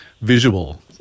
visual